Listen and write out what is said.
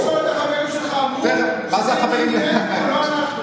התקשורת החברים שלך אמרו שזה עינוי דין, לא אנחנו.